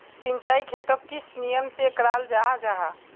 सिंचाई खेतोक किस नियम से कराल जाहा जाहा?